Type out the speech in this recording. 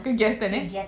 kegiatan eh